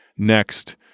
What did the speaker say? Next